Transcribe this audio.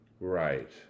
Right